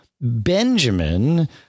Benjamin